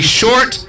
short